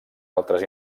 altres